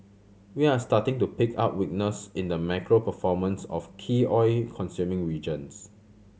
we are starting to pick up weakness in the macro performance of key oil consuming regions